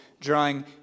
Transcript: Drawing